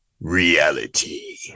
reality